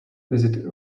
visit